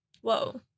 Whoa